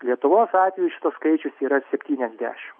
lietuvos atveju šitas skaičius yra septyniasdešimt